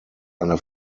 eine